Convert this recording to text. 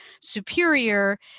superior